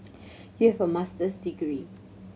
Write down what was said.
you have a Master's degree